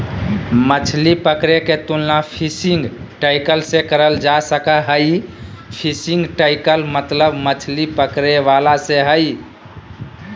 मछली पकड़े के तुलना फिशिंग टैकल से करल जा सक हई, फिशिंग टैकल मतलब मछली पकड़े वाला से हई